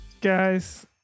Guys